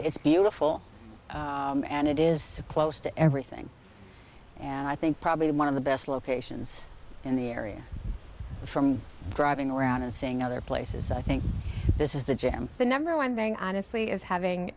it's beautiful and it is close to everything and i think probably one of the best locations in the area from driving around and seeing other places i think this is the jam the number one thing honestly is having